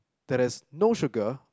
that is no sugar